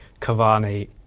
Cavani